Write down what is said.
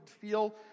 feel